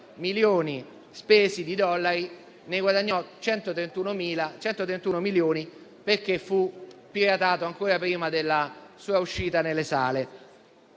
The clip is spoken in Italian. milioni di dollari spesi, ne guadagnò 131, perché fu piratato ancor prima della sua uscita nelle sale.